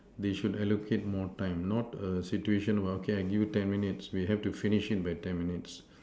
they should allocate more time not a situation okay I give you ten minutes we have to finish it by ten minutes